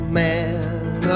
man